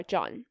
John